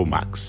Max